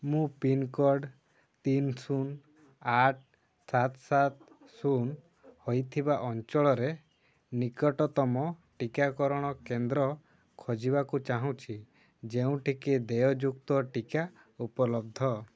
ମୁଁ ପିନ୍କୋଡ଼୍ ତିନ ଶୂନ ଆଠ ସାତ ସାତ ଶୂନ ହେଇଥିବା ଅଞ୍ଚଳରେ ନିକଟତମ ଟିକାକରଣ କେନ୍ଦ୍ର ଖୋଜିବାକୁ ଚାହୁଁଛି ଯେଉଁଠି କି ଦେୟଯୁକ୍ତ ଟିକା ଉପଲବ୍ଧ